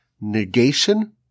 negation